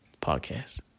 Podcast